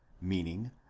meaning